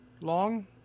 long